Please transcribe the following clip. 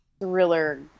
Thriller